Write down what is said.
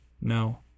No